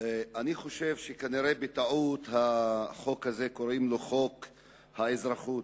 אני חושב שכנראה בטעות קוראים לחוק הזה חוק האזרחות.